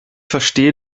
verstehe